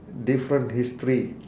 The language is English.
different history